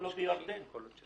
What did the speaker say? לא בירדן.